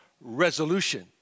resolution